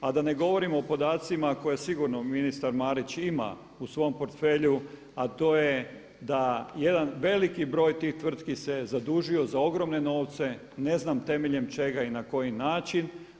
A da ne govorim o podacima koje sigurno ministar Marić ima u svom portfelju, a to je da jedan veliki broj tih tvrtki se zadužio za ogromne novce ne znam temeljem čega i na koji način.